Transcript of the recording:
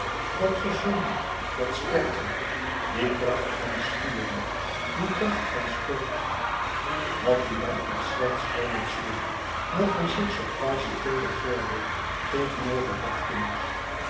dat gezonde dat sterke die kracht van spieren die kracht van sport had die man iets slechts voor met jules dat hij zich zoo quasi teeder voordeed tegenover dat kind